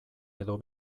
edo